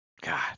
God